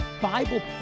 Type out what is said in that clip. Bible